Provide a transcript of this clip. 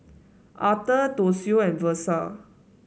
Aurthur Toshio and Versa